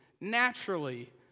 naturally